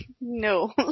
no